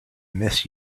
miss